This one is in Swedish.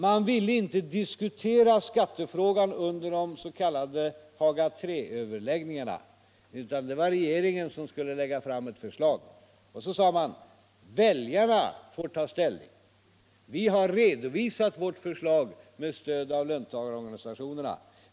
Man ville inte diskutera skattefrågan under de s.k. Haga III-överläggningarna, utan det var regeringen som skulle lägga fram ett förslag, och så sade man att väljarna får ta ställning. Vi har redovisat vårt förslag med stöd av löntagarorganisationerna.